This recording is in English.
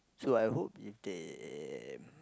so I hope if they